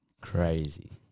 Crazy